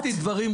הכנתי דברים,